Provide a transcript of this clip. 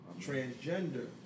transgender